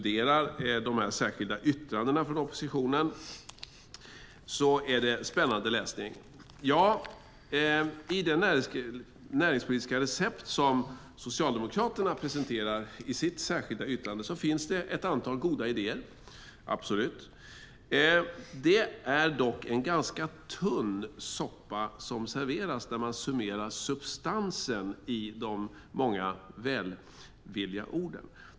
De särskilda yttrandena från oppositionen är spännande läsning. I det näringspolitiska recept som Socialdemokraterna presenterar i sitt särskilda yttrande finns ett antal goda idéer. Dock är det en ganska tunn soppa som serveras när man summerar substansen i de många välvilliga orden.